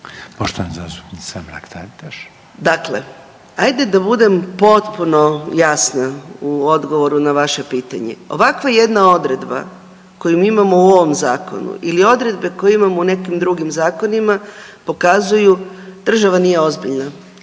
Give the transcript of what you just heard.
**Mrak-Taritaš, Anka (GLAS)** Dakle, ajde da budem potpuno jasna u odgovoru na vaše pitanje, ovakva jedna odredba koju mi imamo u ovom zakonu ili odredbe koje imamo u nekim drugim zakonima pokazuju država nije ozbiljna.